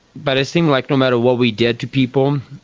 but it seemed like no matter what we did to people,